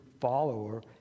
follower